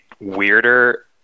weirder